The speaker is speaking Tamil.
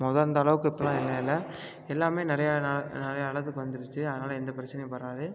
மொதல் இருந்த அளவுக்கு இப்போலாம் இல்லை இல்லை எல்லாமே நிறைய நாள் நிறைய இடத்துக்கு வந்துருச்சு அதனால் எந்த பிரச்சனையும் வராது